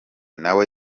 nawe